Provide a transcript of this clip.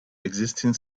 existing